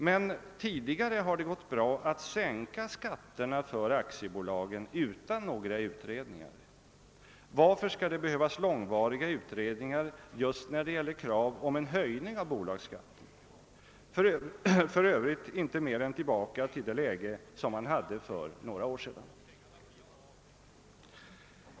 Men tidigare har det gått bra att sänka skatterna för aktiebolagen utan några utredningar. Varför skall det behövas långvariga utredningar just när det gäller krav om en höjning av bolagsskatten, för övrigt inte mer än tillbaka till det läge som man hade för några år sedan?